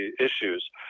issues